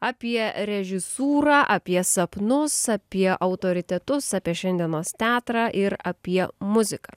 apie režisūrą apie sapnus apie autoritetus apie šiandienos teatrą ir apie muziką